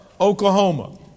Oklahoma